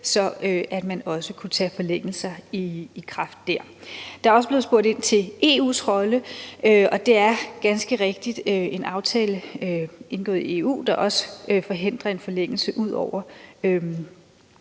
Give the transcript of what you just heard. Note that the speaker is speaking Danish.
vil man også kunne sætte forlængelser i kraft. Der er også blevet spurgt ind til EU's rolle, og det er ganske rigtigt en aftale indgået i EU, der også forhindrer en forlængelse ud over